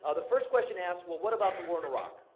ah the first question asks, well, what about the war in iraq?